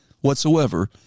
whatsoever